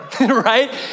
right